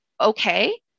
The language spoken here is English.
Okay